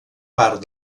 part